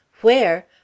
Where